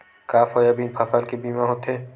का सोयाबीन फसल के बीमा होथे?